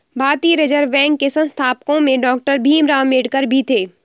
भारतीय reserve bank के संस्थापकों में डॉक्टर भीमराव अंबेडकर भी थे